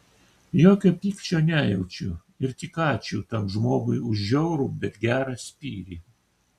jokio pykčio nejaučiu ir tik ačiū tam žmogui už žiaurų bet gerą spyrį